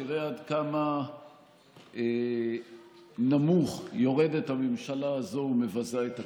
תראה עד כמה נמוך יורדת הממשלה הזאת ומבזה את הכנסת.